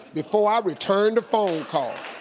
before i return the phone call.